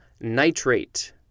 nitrate